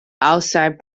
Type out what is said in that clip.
outside